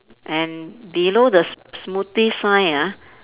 and below the s~ smoothie sign ah